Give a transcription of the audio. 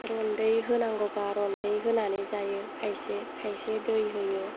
रन्दै होनांगौबा रन्दै होनानै जायो खायसे खायसे दै होयो